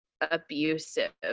abusive